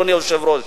אדוני היושב-ראש.